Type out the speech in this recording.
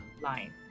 line